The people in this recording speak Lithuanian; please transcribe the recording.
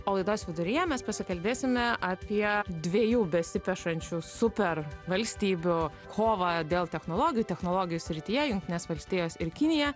laidos viduryje mes pasikalbėsime apie dviejų besipešančių super valstybių kovą dėl technologijų technologijų srityje jungtines valstijos ir kinija